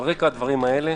על רקע הדברים האלה,